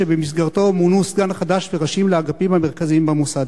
שבמסגרתו מונו סגן חדש וראשים לאגפים המרכזיים במוסד.